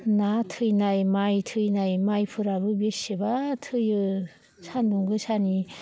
ना थैनाय माइ थैनाय माइफोराबो बेसेबा थैयो सानदुं गोसानि